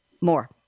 More